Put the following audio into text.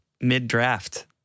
mid-draft